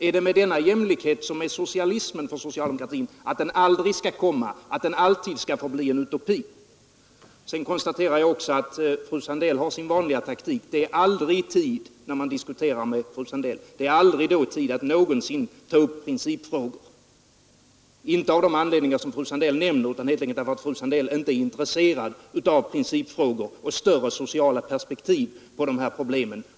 Är det med denna jämlikhet som med socialismen för socialdemokratin, att den aldrig skall komma, att den alltid skall förbli en utopi? Sedan konstaterar jag också att fröken Sandell har sin vanliga taktik. Det är aldrig någonsin tid, när man diskuterar med fröken Sandell, att ta upp principfrågor inte av de anledningar som fröken Sandell nämner utan helt enkelt därför att fröken Sandell inte är intresserad av principfrågor och större sociala perspektiv på de här problemen.